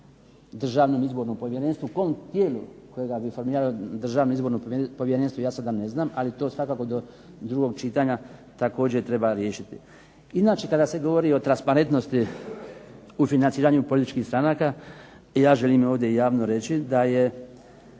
Državnom izbornom povjerenstvu, kom tijelu kojega bi formiralo Državno izborno povjerenstvo ja sada ne znam. Ali to svakako do drugog čitanja također treba riješiti. Inače, kada se govori o transparentnosti u financiranju političkih stranaka ja želim ovdje javno reći da je